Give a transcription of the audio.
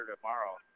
tomorrow